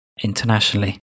internationally